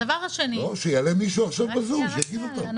לא, שיעלה מישהו עכשיו בזום, שיגיד אותם.